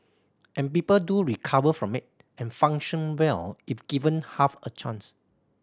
and people do recover from it and function well if given half a chance